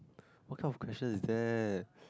what kind of question is that